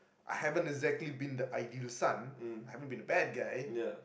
I haven't exactly been the ideal son I haven't been a bad guy